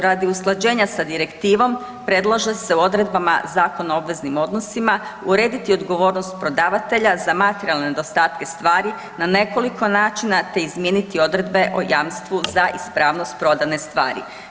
Radi usklađenja sa Direktivom, predlaže se u odredbama Zakona o obveznim odnosima urediti odgovornost prodavatelja za materijalne nedostatke stvari na nekoliko načina te izmijeniti odredbe o jamstvu za ispravnost prodane stvari.